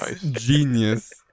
genius